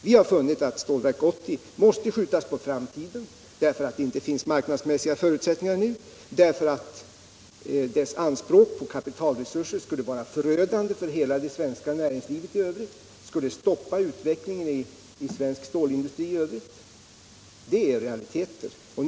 Vi har funnit att Stålverk 80 måste skjutas på framtiden därför att det inte finns marknadsmässiga förutsättningar nu och därför att dess anspråk på kapitalresurser skulle vara förödande för hela det svenska näringslivet i övrigt — det skulle stoppa utvecklingen inom den övriga svenska stålindustrin.